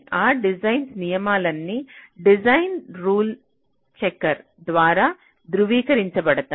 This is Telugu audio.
ఆ డిజైన్ నియమాలన్నీ డిజైన్ రూల్ చెకర్ ద్వారా ధృవీకరించబడతాయి